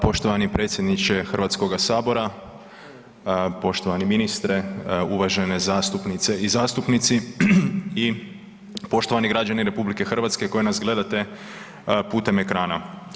Poštovani predsjedniče Hrvatskoga sabora, poštovani ministre, uvažene zastupnice i zastupnici i poštovani građani RH koji nas gledate putem ekrana.